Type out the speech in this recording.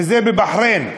וזה בבחריין.